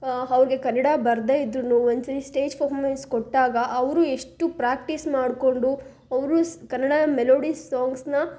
ಅವ್ರ್ಗೆ ಕನ್ನಡ ಬರದೇ ಇದ್ರೂ ಒಂದು ಸರಿ ಸ್ಟೇಜ್ ಫಫಮೆನ್ಸ್ ಕೊಟ್ಟಾಗ ಅವರು ಎಷ್ಟು ಪ್ರ್ಯಾಕ್ಟೀಸ್ ಮಾಡಿಕೊಂಡು ಅವರು ಸ್ ಕನ್ನಡ ಮೆಲೋಡಿ ಸಾಂಗ್ಸನ್ನು